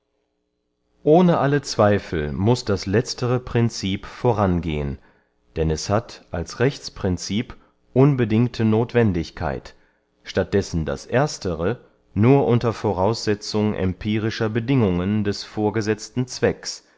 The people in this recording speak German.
ohne alle zweifel muß das letztere princip vorangehen denn es hat als rechtsprincip unbedingte nothwendigkeit statt dessen das erstere nur unter voraussetzung empirischer bedingungen des vorgesetzten zwecks